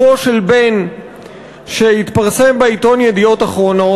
שלמען האמת התחילה את דרכה עוד בכנסת הקודמת,